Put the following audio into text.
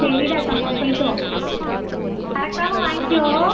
சரிடா தங்கம் போயிவிட்டு வா மறக்காமல் வாங்கிக்கோ